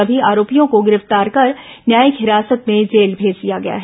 सभी आरोपियों को गिरफ्तार कर न्यायिक हिरासत में जेल मेज दिया गया है